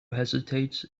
hesitates